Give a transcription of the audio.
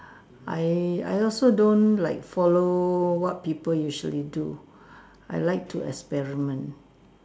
I I also don't like follow what people usually do I like to experiment